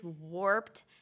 warped